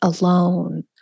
alone